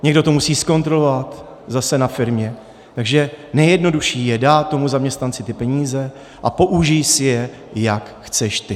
Někdo to musí zkontrolovat zase na firmě, takže nejjednodušší je dát tomu zaměstnanci ty peníze a použij si je, jak chceš ty.